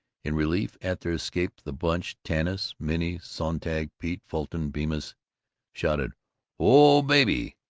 in relief at their escape the bunch tanis, minnie sonntag, pete, fulton bemis shouted oh, baby,